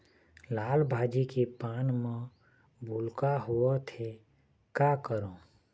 लाल भाजी के पान म भूलका होवथे, का करों?